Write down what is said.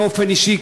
באופן אישי,